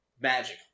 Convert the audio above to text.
Magic